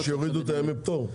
שיורידו את ימי הפטור?